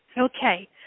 Okay